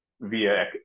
Via